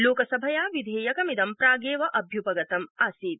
लोकसभया विधेयकमिदं प्रागेव अभ्युपगतम् आसीत्